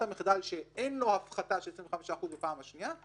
המחדל שאין לו הפחתה של 25% בפעם השנייה,